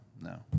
no